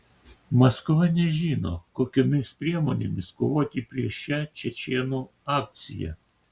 maskva nežino kokiomis priemonėmis kovoti prieš šią čečėnų akciją